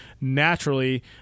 naturally